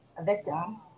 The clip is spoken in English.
victims